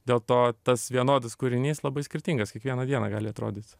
dėl to tas vienodas kūrinys labai skirtingas kiekvieną dieną gali atrodyt